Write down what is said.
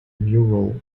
mural